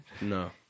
no